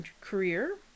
career